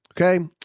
Okay